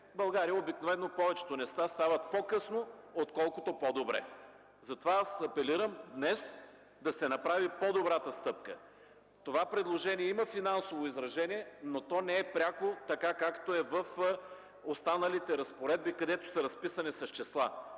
България обикновено повечето неща стават по-късно, отколкото по-добре, затова аз апелирам днес да се направи по-добрата стъпка. Това предложение има финансово изражение, но то не е пряко, така както е в останалите разпоредби, където това е разписано с числа.